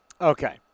Okay